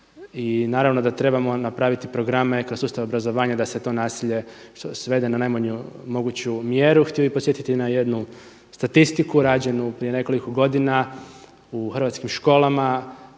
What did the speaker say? i naravno da trebamo napraviti programe kroz sustav obrazovanja da se to nasilje svede na najmanju moguću mjeru. Htio bih podsjetiti na jednu statistiku rađenu prije nekoliko godina u hrvatskim školama